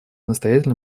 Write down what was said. настоятельно